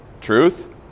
Truth